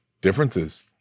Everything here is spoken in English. differences